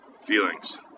feelings